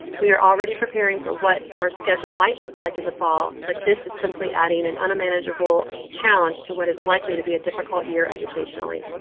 we are already preparing for what our schedule might look like in the fall. but this is simply adding an unmanageable challenge to what is likely to be a difficult year. educationally,